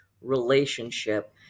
relationship